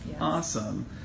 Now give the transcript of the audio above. Awesome